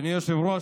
אדוני היושב-ראש,